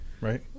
Right